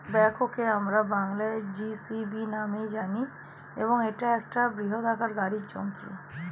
ব্যাকহোকে আমরা বংলায় জে.সি.বি নামেই জানি এবং এটা একটা বৃহদাকার গাড়ি যন্ত্র